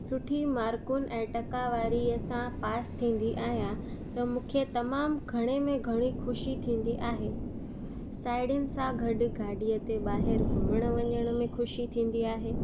सुठी मार्कुनि ऐं टका वारीअ सां पास थींदी आहियां त मूंखे तमामु घणे में घणी ख़ुशी थींदी आहे साहेड़ियुनि सां गॾु गाॾीअ ते ॿाहिरि घुमण वञण में ख़ुशी थींदी आहे